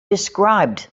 described